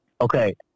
Okay